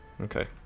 Okay